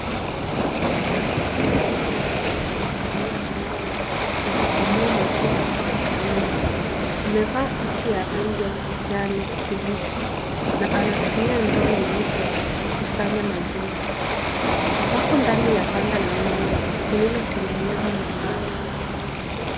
Tunamuona mwanamme akiwa amekalia mawe na kukamua maziwa kutoka kwa ng'ombe. Amevaa suti ya rangi ya kijani kibichi na anatumia ndoo nyeupe kukusanya maziwa. Ako ndani ya ganda la ng'ombe lililotengenezwa na mbao.